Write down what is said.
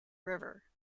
river